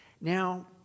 now